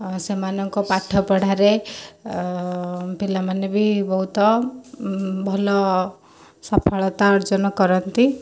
ସେମାନଙ୍କ ପାଠ ପଢ଼ାରେ ପିଲାମାନେ ବି ବହୁତ ଭଲ ସଫଳତା ଅର୍ଜନ କରନ୍ତି